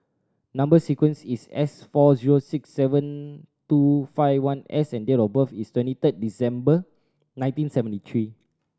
number sequence is S four zero six seven two five one S and date of birth is twenty third December nineteen seventy three